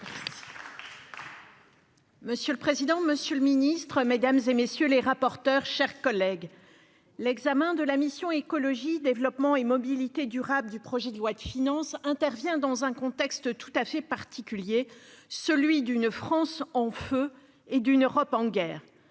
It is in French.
Monsieur le président, monsieur le ministre, mes chers collègues, l'examen de la mission « Écologie, développement et mobilité durables » du projet de loi de finances intervient dans un contexte particulier, celui d'une France en feu et d'une Europe en guerre.